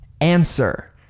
answer